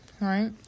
right